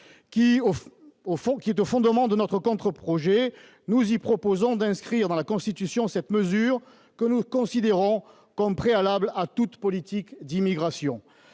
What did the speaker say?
qui est au fondement de notre contre-projet. Nous souhaitons inscrire dans la Constitution une mesure que nous considérons comme préalable à toute politique d'immigration.